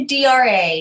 DRA